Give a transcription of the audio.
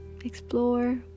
explore